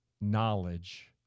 knowledge